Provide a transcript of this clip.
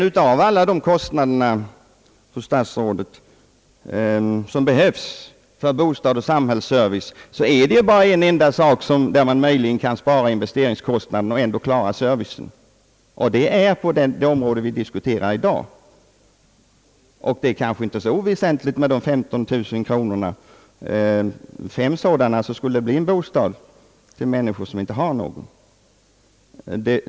Bland alla investeringar som behövs för bostad och samhällsservice finns bara en enda post, där man möjligen kan spara investeringskostnaden och ändå klara servicen, och det är på det område som vi nu diskuterar. 15 000 kronor är kanske ändå inget obetydligt belopp. För fem inbesparade daghemsplatser kan man bygga en bostad åt människor som inte har någon.